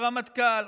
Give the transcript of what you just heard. הרמטכ"ל,